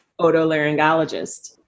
otolaryngologist